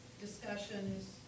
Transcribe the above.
discussions